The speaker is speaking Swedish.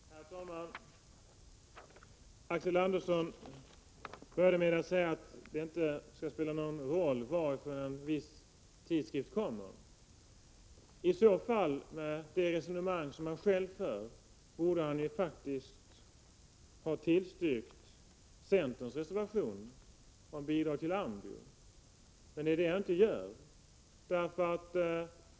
Herr talman! Axel Andersson inledde med att säga att det inte skulle spela någon roll vilka som står bakom en viss tidskrift. I så fall, med det resonemang som han själv för, borde han faktiskt ha tillstyrkt centerns reservation om bidrag till AMBIO, men det gör han inte.